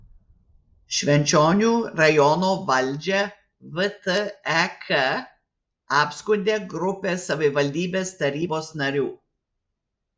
švenčionių rajono valdžią vtek apskundė grupė savivaldybės tarybos narių